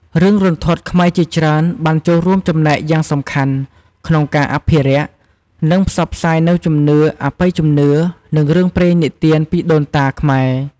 រឿងរន្ធត់ខ្មែរជាច្រើនបានចូលរួមចំណែកយ៉ាងសំខាន់ក្នុងការអភិរក្ស និងផ្សព្វផ្សាយនូវជំនឿ អបិយជំនឿ និងរឿងព្រេងនិទានពីដូនតាខ្មែរ។